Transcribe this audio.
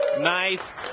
Nice